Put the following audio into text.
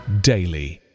daily